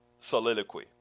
soliloquy